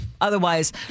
Otherwise